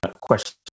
question